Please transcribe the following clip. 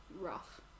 rough